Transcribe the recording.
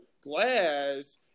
glass